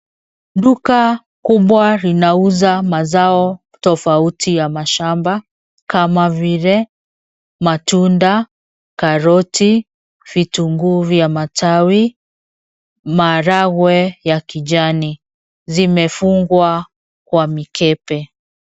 Duka kubwa linauza mazao tofauti ya mashamba kama vile matunda, karoti, vitunguu vya matawi, maaragwe ya kijani zimefungwa kwa mikebe.